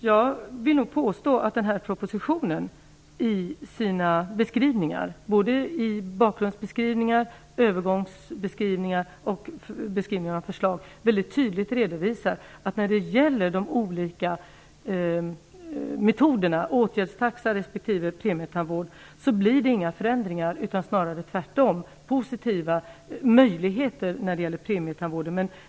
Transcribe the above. Jag vill påstå att den här propositionen i sina beskrivningar, både i bakgrundsbeskrivningar, övergångsbeskrivningar och beskrivningar av förslag, väldigt tydligt redovisar att när det gäller de olika metoderna - åtgärdstaxa respektive premietandvård - blir det inga förändringar. Det blir snarare tvärtom positiva möjligheter när det gäller premietandvården.